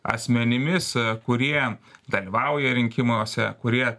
asmenimis kurie dalyvauja rinkimuose kurie